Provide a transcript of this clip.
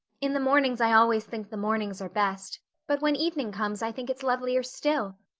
in the mornings i always think the mornings are best but when evening comes i think it's lovelier still.